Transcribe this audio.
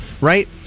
right